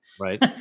right